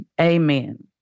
Amen